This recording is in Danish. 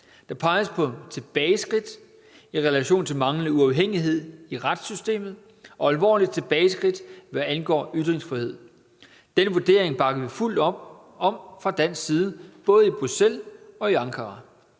Der peges på tilbageskridt i relation til manglende uafhængighed i retssystemet og alvorligt tilbageskridt, hvad angår ytringsfrihed. Denne vurdering bakker vi fuldt op om fra dansk side, både i Bruxelles og i Ankara.